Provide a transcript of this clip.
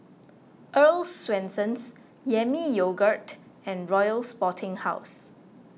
Earl's Swensens Yami Yogurt and Royal Sporting House